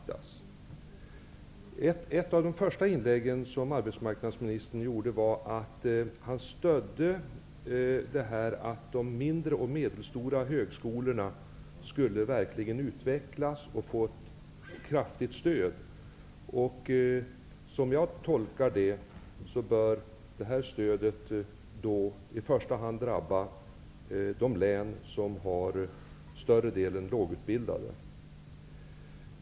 I ett av de första inlägg som arbetsmarknadsministern gjorde stödde han tanken att de mindre och medelstora högskolorna skall utvecklas och få ett kraftigt stöd. Som jag tolkar det bör det stödet i första hand gälla de län som har större delen lågutbildade.